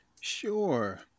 Sure